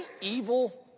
evil